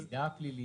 המידע הפלילי.